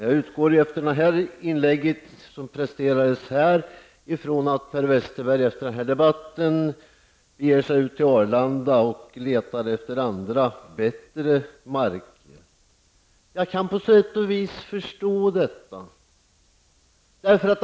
Jag utgår ifrån att Per Westerberg, med tanke på sitt inlägg här, efter denna debatt ger sig ut till Arlanda och letar efter andra och bättre marker. På sätt och vis kan jag förstå Per Westerberg.